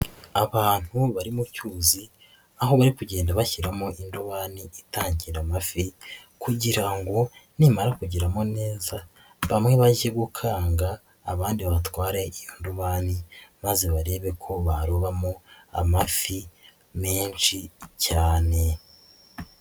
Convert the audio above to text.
Abantu bari mu cyuzi aho bari kugenda bashyiramo indobani itangira amafi ,kugira ngo nimara kugeramo neza, bamwe bajye gukanga, abandi batware indobani maze barebe ko barobamo amafi menshi cyane.